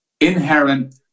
inherent